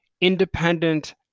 independent